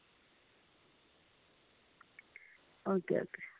okay okay